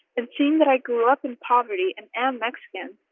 and seeing that i grew up in poverty and am mexican,